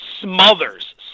smothers